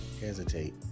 hesitate